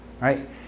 right